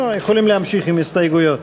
יכולים להמשיך עם ההסתייגויות.